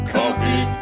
Coffee